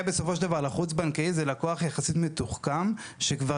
בסופו של דבר לחוץ בנקאי זה לקוח יחסית מתוחכם שכבר